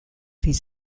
his